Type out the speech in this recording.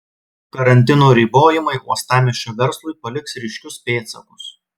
karantino ribojimai uostamiesčio verslui paliks ryškius pėdsakus